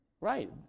Right